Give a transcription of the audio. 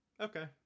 okay